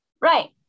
Right